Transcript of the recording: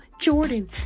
Jordan